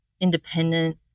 independent